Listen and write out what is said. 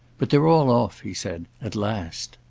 but they're all off, he said, at last.